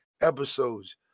episodes